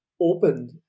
opened